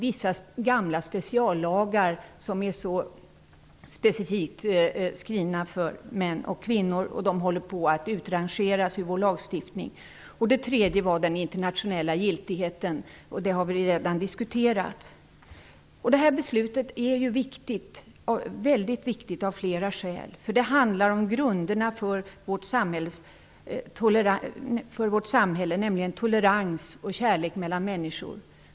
Vissa gamla speciallagar som är specifikt skrivna för män och kvinnor är också undantagna. Dessa lagar håller dessutom på att utrangeras ur vår lagstiftning. Ett annat undantag avser den internationella giltigheten. Den frågan har vi redan diskuterat. Detta beslut är mycket viktigt av flera skäl. Det handlar om grunderna för vårt samhälle, nämligen om tolerans och kärlek mellan människor.